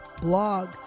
blog